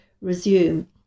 resume